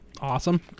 Awesome